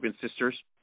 Sisters